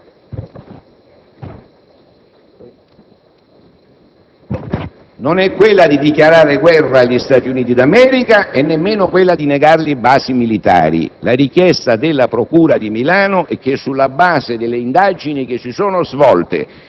Noi le chiediamo di sciogliere questo nodo, di scioglierlo rapidamente e di scioglierlo in senso positivo. La richiesta della procura di Milano non è quella